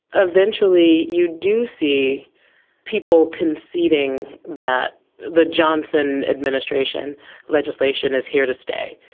eventually you do see people conceding that the johnson administration legislation is here to stay.